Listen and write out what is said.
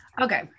Okay